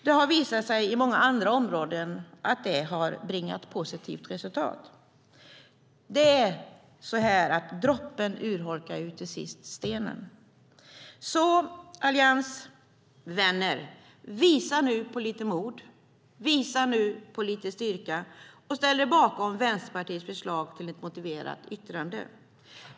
Det har visat sig på många andra områden att det har gett positivt resultat. Droppen urholkar till sist stenen. Alliansvänner! Visa nu på lite mod. Visa nu på lite styrka och ställ er bakom Vänsterpartiets förslag till ett motiverat yttrande.